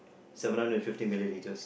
seven hundred and fifty millimeters